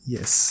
Yes